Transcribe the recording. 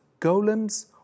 golems